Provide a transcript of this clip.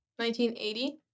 1980